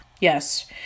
Yes